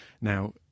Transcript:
Now